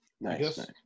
Nice